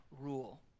rule